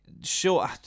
Sure